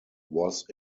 was